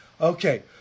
Okay